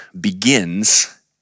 begins